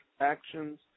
actions